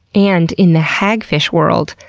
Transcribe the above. and in the hagfish world,